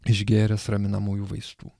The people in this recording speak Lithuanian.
išgėręs raminamųjų vaistų